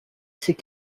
ces